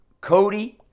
Cody